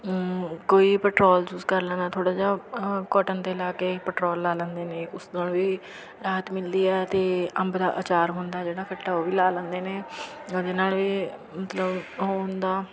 ਕੋਈ petrol use ਕਰ ਲੈਣਾ ਥੋੜ੍ਹਾ ਜਿਹਾ ਅ ਕੋਟਨ 'ਤੇ ਲਾ ਕੇ ਪੈਟਰੋਲ ਲਾ ਲੈਂਦੇ ਨੇ ਉਸ ਨਾਲ ਵੀ ਰਾਹਤ ਮਿਲਦੀ ਹੈ ਅਤੇ ਅੰਬ ਦਾ ਅਚਾਰ ਹੁੰਦਾ ਜਿਹੜਾ ਖੱਟਾ ਉਹ ਵੀ ਲਾ ਲੈਂਦੇ ਨੇ ਉਹਦੇ ਨਾਲ ਵੀ ਮਤਲਬ ਉਹ ਹੁੰਦਾ